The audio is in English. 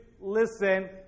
listen